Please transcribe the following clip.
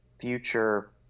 future